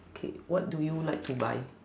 K what do you like to buy